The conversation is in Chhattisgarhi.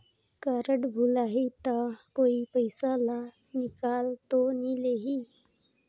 कारड भुलाही ता कोई पईसा ला निकाल तो नि लेही?